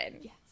Yes